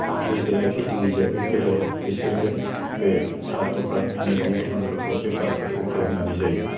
हा गैजाया खिथि गैजाया बेफोरो बिसोरो बे साहा दखान मैगं दखानफोरखौ बेफारफोरखौ खालामनानै जायो